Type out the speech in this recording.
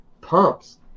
pumps